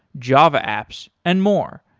java apps and more.